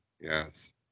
yes